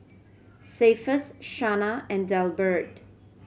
Cephus Shana and Delbert